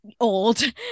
old